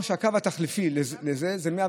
אמר שהקו החליפי לזה הוא 113,